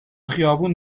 خیابون